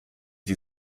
die